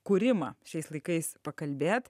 kūrimą šiais laikais pakalbėt